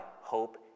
hope